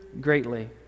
greatly